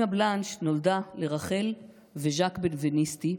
אימא בלנש נולדה לרחל וז'ק בנבנישתי,